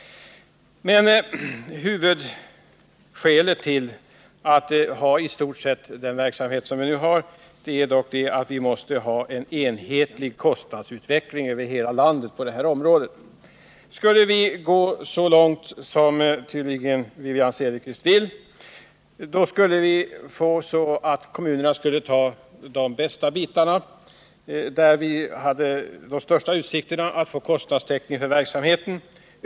Huvudskälet till att vi har den verksamhet som vi nu har är dock att vi måste ha en enhetlig kostnadsutveckling på det här området i hela landet. Skulle vi gå så långt som Wivi-Anne Cederqvist tydligen vill, så skulle kommunerna ta de bästa bitarna — där vi hade de största utsikterna till kostnadstäckning för verksamheten.